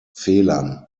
fehlern